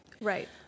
Right